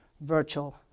virtual